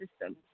system